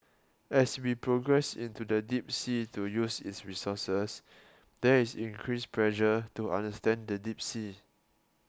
as we progress into the deep sea to use its resources there is increased pressure to understand the deep sea